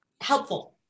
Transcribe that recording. helpful